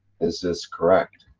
is this correct?